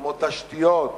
כמו תשתיות,